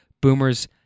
boomers